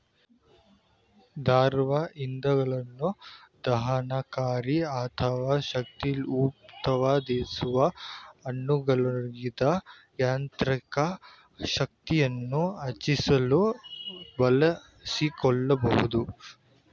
ದ್ರವ ಇಂಧನಗಳು ದಹನಕಾರಿ ಅಥವಾ ಶಕ್ತಿಉತ್ಪಾದಿಸುವ ಅಣುಗಳಾಗಿದ್ದು ಯಾಂತ್ರಿಕ ಶಕ್ತಿಯನ್ನು ರಚಿಸಲು ಬಳಸಿಕೊಳ್ಬೋದು